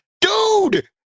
dude